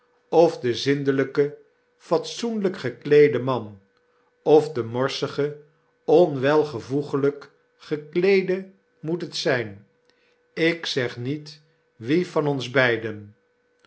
of de zindelyke fatsoenlijk gekleede man of de morsige onwelvoeglyk gekleede moet het zyn ik zeg niet wie van ons beiden